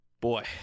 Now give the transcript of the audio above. boy